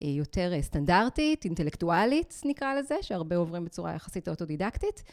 יותר סטנדרטית, אינטלקטואלית נקרא לזה, שהרבה עוברים בצורה יחסית אוטודידקטית.